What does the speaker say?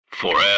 forever